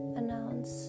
announce